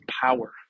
power